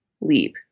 leap